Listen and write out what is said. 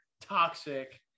toxic